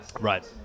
Right